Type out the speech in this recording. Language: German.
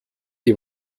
die